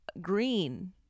Green